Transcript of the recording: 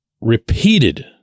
repeated